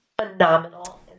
phenomenal